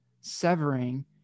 severing